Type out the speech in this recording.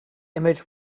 image